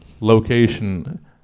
location